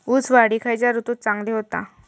ऊस वाढ ही खयच्या ऋतूत चांगली होता?